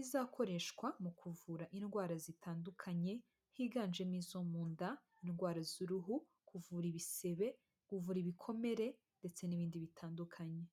izakoreshwa mu kuvura indwara zitandukanye, higanjemo izo mu nda, indwara z'uruhu, kuvura ibisebe, kuvura ibikomere ndetse n'ibindi bitandukanye.